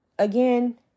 Again